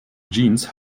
jeans